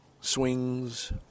swings